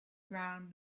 ground